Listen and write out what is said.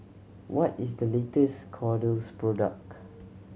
what is the latest Kordel's product